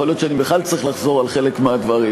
יכול להיות שאני בכלל צריך לחזור על חלק מהדברים,